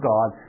God